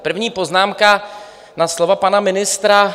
První poznámka na slova pana ministra.